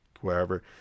wherever